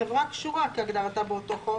-- וחברה קשורה כהגדרתה באותו חוק,